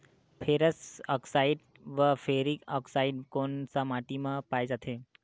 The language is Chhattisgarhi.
फेरस आकसाईड व फेरिक आकसाईड कोन सा माटी म पाय जाथे?